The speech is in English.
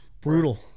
Brutal